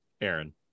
Aaron